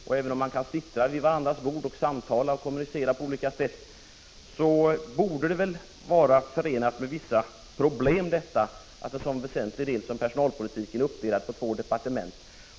— Och även om man kan sitta vid varandras bord och samtala och kommunicera på olika sätt borde det vara förenat med vissa problem att en så väsentlig sak som personalpolitiken är uppdelad på två departement.